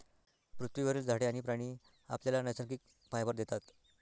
पृथ्वीवरील झाडे आणि प्राणी आपल्याला नैसर्गिक फायबर देतात